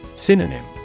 Synonym